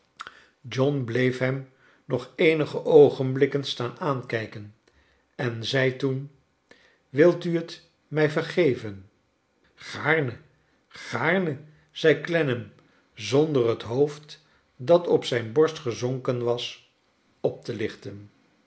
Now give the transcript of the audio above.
john bleef hem nog eenige oogenblikken staan aankijken en zei toen wilt u j t mij vergeven gaarne gaarne zei clennam zonder het hoofd dat op zijn borst gezonken was op te lichten